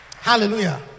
Hallelujah